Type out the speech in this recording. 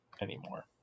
anymore